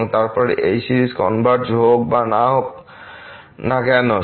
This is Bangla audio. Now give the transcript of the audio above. এবং তারপর এই সিরিজ কনভারজ হোক বা না হোক না কেন